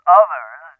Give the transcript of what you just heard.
others